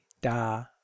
da